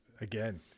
Again